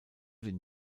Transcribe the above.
den